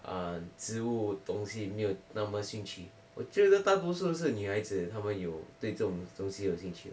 err 植物的东西没有那么兴趣我觉得大多数是女孩子他们有对这种东西有兴趣